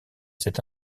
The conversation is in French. cet